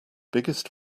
biggest